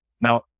Now